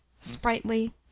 sprightly